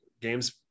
games